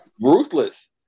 Ruthless